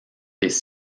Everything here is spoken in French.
des